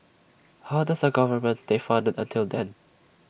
how does the government stay funded until then